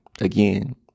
again